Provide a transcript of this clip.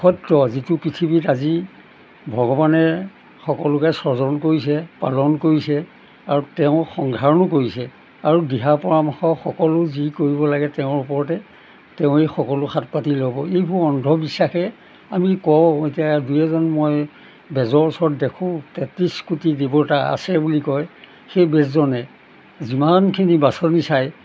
সত্য যিটো পৃথিৱীত আজি ভগৱানে সকলোকে স্বজন কৰিছে পালন কৰিছে আৰু তেওঁ কৰিছে আৰু দিহা পৰামৰ্শ সকলো যি কৰিব লাগে তেওঁৰ ওপৰতে তেওঁ এই সকলো হাত পাতি ল'ব এইবোৰ অন্ধবিশ্বাসে আমি কওঁ এতিয়া দুই এজন মই বেজৰ ওচৰত দেখোঁ তেত্ৰিছ কোটি দেৱতা আছে বুলি কয় সেই বেজজনে যিমানখিনি বাচনি চাই